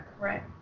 Right